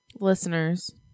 listeners